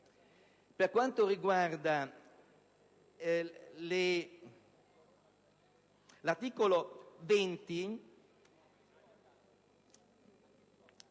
Per quanto riguarda l'articolo 20